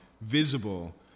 visible